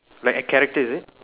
like a character is it